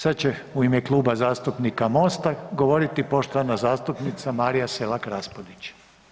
Sad će u ime Kluba zastupnika Mosta govoriti poštovana zastupnica Marija Selak RAspudić.